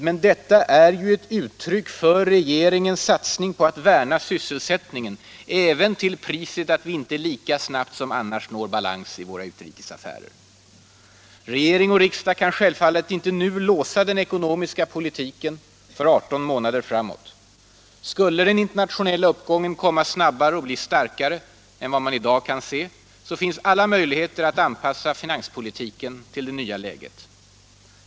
Men detta är ju ett uttryck för regeringens satsning på att värna sysselsättningen, även till priset att vi inte lika snabbt som annars når balans i våra utrikesaffärer. Regering och riksdag kan självfallet inte nu låsa den ekonomiska politiken för 18 månader framåt. Skulle den internationella uppgången komma snabbare och bli starkare än vad man i dag kan se, finns alla möjligheter att anpassa finanspolitiken till det nya läget.